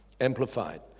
Amplified